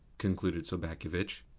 concluded sobakevitch,